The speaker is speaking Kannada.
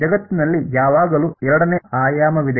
ಜಗತ್ತಿನಲ್ಲಿ ಯಾವಾಗಲೂ ಎರಡನೇ ಆಯಾಮವಿದೆ